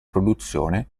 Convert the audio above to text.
produzione